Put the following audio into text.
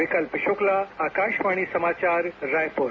विकल्प शुक्ला आकाशवाणी समाचार रायपुर